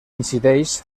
incideix